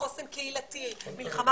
חוסן קהילתי, מלחמה